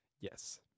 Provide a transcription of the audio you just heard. Yes